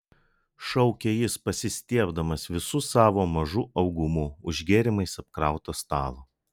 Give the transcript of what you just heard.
šaukė jis pasistiebdamas visu savo mažu augumu už gėrimais apkrauto stalo